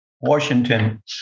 Washington